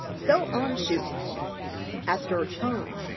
so um chou, esther chung,